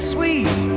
sweet